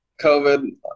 covid